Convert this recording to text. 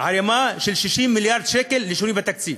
ערמה של 60 מיליארד שקל לשינוי בתקציב.